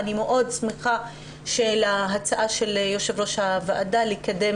אני מאוד שמחה על ההצעה של יו"ר הוועדה לקדם